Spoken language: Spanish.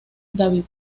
david